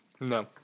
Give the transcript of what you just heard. No